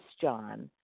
John